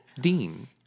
Dean